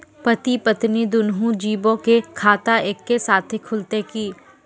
पति पत्नी दुनहु जीबो के खाता एक्के साथै खुलते की?